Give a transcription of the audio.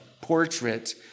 portrait